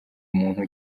muntu